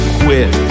quit